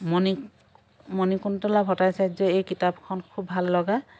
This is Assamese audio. মণি মণিকুন্তলা ভট্টাচাৰ্যৰ এই কিতাপখন খুব ভাল লগা